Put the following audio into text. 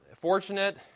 fortunate